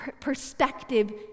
perspective